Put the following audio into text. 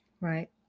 right